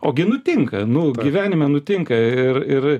o gi nutinka nu gyvenime nutinka ir ir